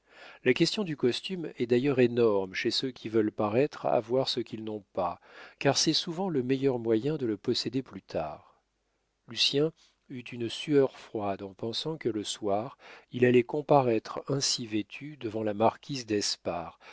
la question du costume est d'ailleurs énorme chez ceux qui veulent paraître avoir ce qu'ils n'ont pas car c'est souvent le meilleur moyen de le posséder plus tard lucien eut une sueur froide en pensant que le soir il allait comparaître ainsi vêtu devant la marquise